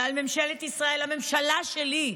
ועל ממשלת ישראל, הממשלה שלי,